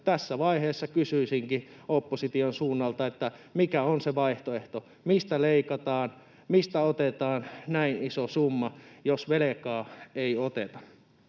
Tässä vaiheessa kysyisinkin opposition suunnalta: mikä on se vaihtoehto, mistä leikataan, mistä otetaan näin iso summa, jos velkaa ei oteta?